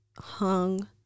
hung